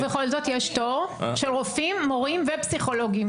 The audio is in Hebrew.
ובכל זאת יש תור של רופאים, מורים ופסיכולוגים.